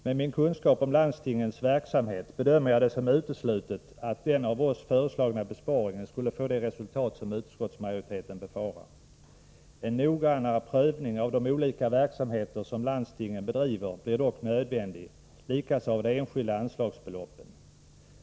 Med min kunskap om landstingens verksamhet bedömer jag det som uteslutet att den av oss föreslagna besparingen skulle få det resultat som utskottsmajoriteten befarar. En noggrannare prövning av de olika verksamheter som landstingen bedriver blir dock nödvändig, likaså av de enskilda anslagsbeloppen.